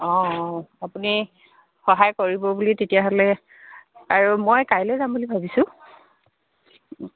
অঁ অঁ আপুনি সহায় কৰিব বুলি তেতিয়াহ'লে আৰু মই কাইলৈ যাম বুলি ভাবিছোঁ